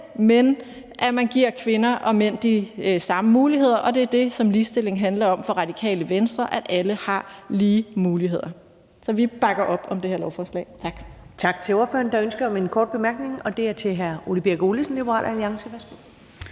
men at man giver kvinder og mænd de samme muligheder. Og det er det, ligestilling handler om for Radikale Venstre, altså at alle har lige muligheder. Så vi bakker op om det her lovforslag. Tak.